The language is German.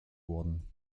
wurden